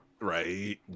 Right